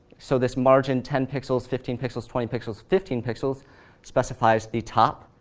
so this, margin ten pixels, fifteen pixels, twenty pixels, fifteen pixels specifies the top,